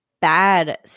Bad